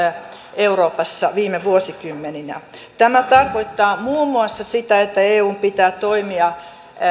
euroopassa viime vuosikymmeninä tämä tarkoittaa muun muassa sitä että eun pitää toimia